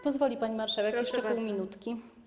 Pozwoli pani marszałek jeszcze pół minutki?